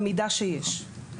במידה שיש.